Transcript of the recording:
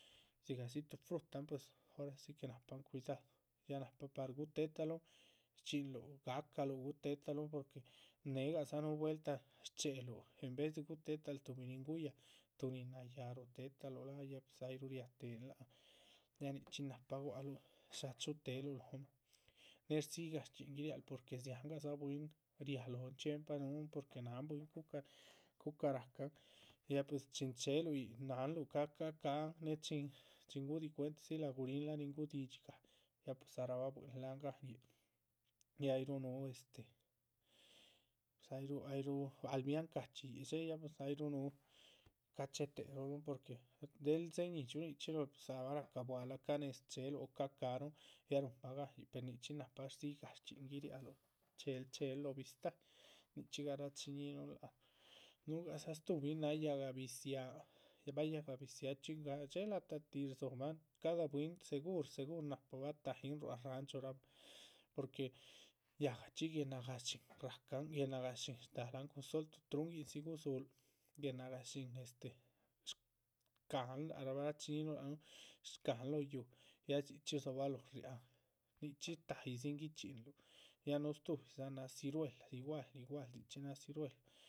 Dzigadzi tuh frutan pues ora si que nahpan cuidadu ya nahpa par guhutetaluhun, shchxínluh gahcahn guhutetaluhun porque néhegadza núhu vueltah, shchéheluh en vez de gutéhetal. tuhbi ni guyáha tuh nin nayáha rutéhetaluh láha, ya pues ay ruhu riatehen laha ya nichxín nahpa gualuh shá chuhuteluh lóhon, née rdzíyih gah shchxíhin guirial. porque dzíahangah dza bwín riáha lóhon, chxíempa núhun porque náhan bwín cu´cah rahcan ya pues chin cheheluh yíc nahanluh cahc cáhan. née chin chin gudihi cuentadziluh lác guhirinla nin gudidxídza, ya pues harabah buhinlahan gáhan yíc, ya ayruhu núhun este, dza ayruh al biahancachxi. yíc dzéhe ya pues ayruhu núhu ca´chéheteruh luhun porque del dzéhe ñídxiuluh nichxí pues ahba racabuahlah ca´ñez cheheluh o ca´ cáharun. ya ruhunbah gahan yíc, per nichxíhin nahpa rdzíyih gaha shchxíhin guiriahaluh chéhel chéhel lóho bistáhyi nichxígah rachiñíhinuhn lac nuh núhugadza stúhubin lác ha. yáhga biziáha, bay yáhga biziáha chxí, gadxé lác tahtih rdzóhobahn cada bwín segur segur nahpabah ta´yin, ruá rahandxurabah, porque yáhga chxí guenagaha shín. ráhacan guenagah shín, shdáhalan cun sol tuh trunguin sihn gudzúhul guenágah shín este sh cáhan rachiñíhinuh lac nuh, shcáhan lóho yúuh, ya dzichxí. rdzóhobalóho riáhan nichxí ta´yidzin guichxínluh ya núhu stubidzahan náh ciruela. igual igual dzichxí náha ciruela